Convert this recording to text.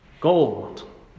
Gold